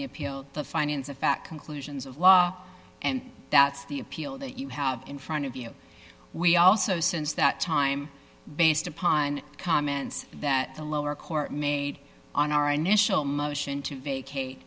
the appeal the findings of fact conclusions of law and that's the appeal that you have in front of you we also since that time based upon the comments that the lower court made on our initial motion to vacat